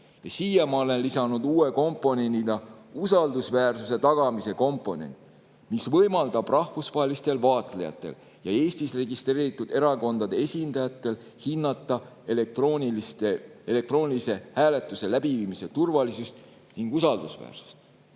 Siia ma olen lisanud uue komponendina usaldusväärsuse tagamise komponendi, mis võimaldab rahvusvahelistel vaatlejatel ja Eestis registreeritud erakondade esindajatel hinnata elektroonilise hääletuse läbiviimise turvalisust ning usaldusväärsust.